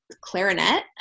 clarinet